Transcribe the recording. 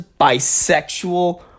bisexual